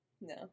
No